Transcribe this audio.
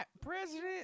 President